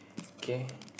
K